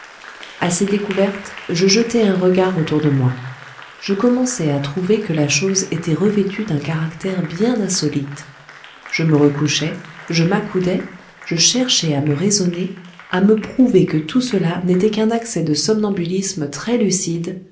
à ces découvertes je jetai un regard autour de moi je commençai à trouver que la chose était revêtue d'un caractère bien insolite je me recouchai je m'accoudai je cherchai à me raisonner à me prouver que tout cela n'était qu'un accès de somnambulisme très lucide